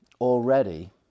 Already